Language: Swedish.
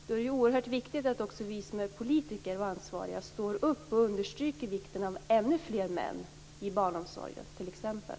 Då är det oerhört viktigt att också vi som är politiker och ansvariga står upp och understryker vikten av ännu fler män i barnomsorgen t.ex.